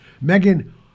Megan